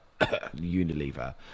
unilever